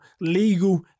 legal